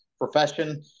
profession